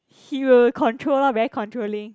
he will control lor very controlling